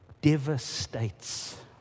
devastates